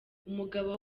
umugabo